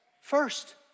First